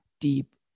deep